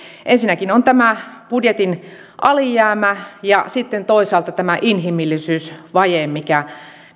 ensinnäkin on tämä budjetin alijäämä ja sitten toisaalta tämä inhimillisyysvaje mikä